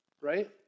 right